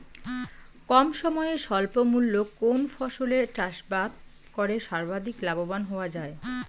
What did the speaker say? কম সময়ে স্বল্প মূল্যে কোন ফসলের চাষাবাদ করে সর্বাধিক লাভবান হওয়া য়ায়?